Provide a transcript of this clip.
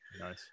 nice